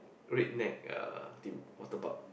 red neck uh waterpark